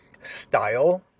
style